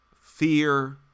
Fear